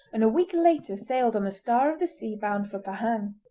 and a week later sailed on the star of the sea bound for pahang.